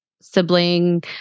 sibling